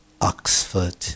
Oxford